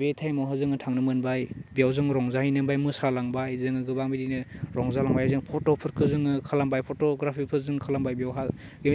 बे टाइमावहा जोङो थांनो मोनबाय बेयाव जोङो रंजाहैनो मोनबाय मोसालांबाय जोङो गोबां बिदिनो रंजालांबाय जों फट'फोरखौ जोङो खालामबाय फट'ग्राफिखौ जों खालामबाय बेयावहा